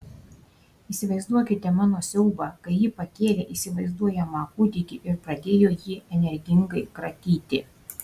įsivaizduokite mano siaubią kai ji pakėlė įsivaizduojamą kūdikį ir pradėjo jį energingai kratyti